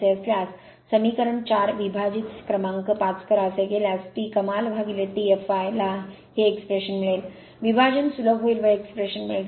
असे असल्यास समीकरण 4 विभाजित समीकरण क्रमांक 5 करा असे केल्यास T कमाल T fl ला ही एक्स्प्रेशन मिळेल विभाजन सुलभ होईल व ही एक्स्प्रेशन मिळेल